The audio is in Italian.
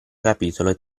capitolo